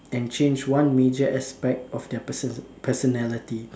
and change one major aspect of their person personality